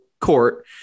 court